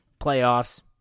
playoffs